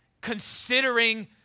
considering